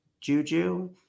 Juju